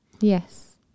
Yes